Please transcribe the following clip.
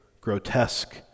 grotesque